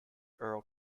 earl